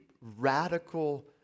radical